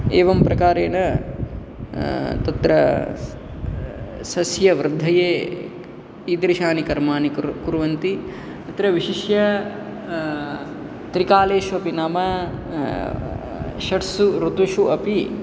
एवं प्रकारेण तत्र सस्यवृद्धये ईदृशानि कर्माणि कुर् कुर्वन्ति अत्र विशिष्य त्रिकालेषु अपि नाम षट्सु ऋतुषु अपि